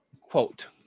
quote